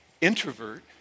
introvert